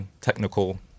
technical